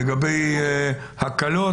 לגבי הקלות,